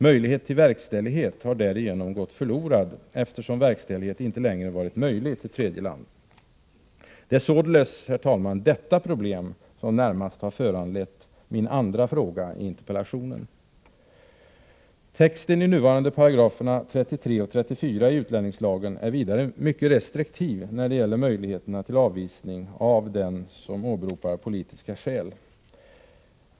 Möjlighet till verkställighet har därigenom gått förlorad, eftersom verkställighet inte längre varit möjlig till tredje land. Det är således, herr talman, detta problem som närmast har föranlett min andra fråga i interpellationen. Texten i nuvarande 33 och 34 §§ i utlänningslagen är vidare mycket restriktiv när det gäller möjligheterna till avvisning av den som åberopar politiska skäl.